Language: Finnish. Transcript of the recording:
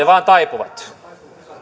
vain taipuvat